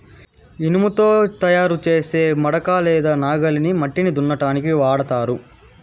ఇనుముతో తయారు చేసే మడక లేదా నాగలిని మట్టిని దున్నటానికి వాడతారు